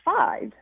five